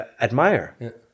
admire